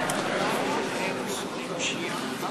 איך הם מקבלים מקדמה?